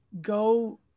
go